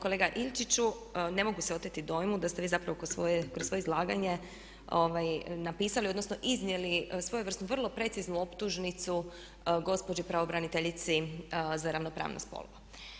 Kolega Ilčiću, ne mogu se oteti dojmu da ste vi zapravo kroz svoje izlaganje napisali odnosno iznijeli svojevrsnu vrlo preciznu optužnicu gospođi pravobraniteljici za ravnopravnost spolova.